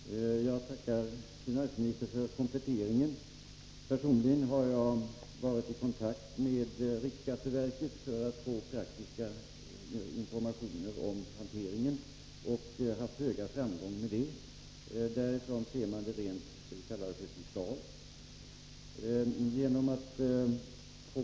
Herr talman! Jag tackar finansministern för kompletteringen. Personligen har jag varit i kontakt med riksskatteverket för att få praktiska informationer om hanteringen och haft föga framgång med det. Därifrån ser man det vad jag skulle vilja kalla rent fiskalt.